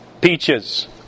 peaches